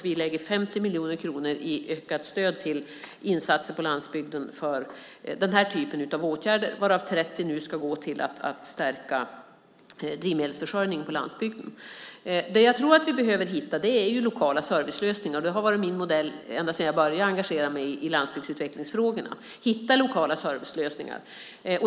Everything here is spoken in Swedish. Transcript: Vi lägger 50 miljoner kronor i ökat stöd till insatser på landsbygden för den här typen av åtgärder, varav 30 nu ska gå till att stärka drivmedelsförsörjningen på landsbygden. Det jag tror att vi behöver hitta är lokala servicelösningar. Det har varit min modell ända sedan jag började engagera mig i landsbygdsutvecklingsfrågorna.